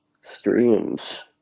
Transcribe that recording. streams